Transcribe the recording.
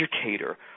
educator